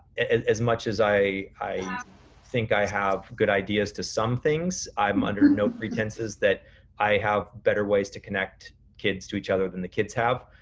as as much as i i think i have good ideas to some things, i'm under no pretenses that i have better ways to connect kids each other than the kids have.